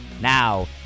Now